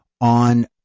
on